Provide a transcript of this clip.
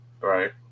Right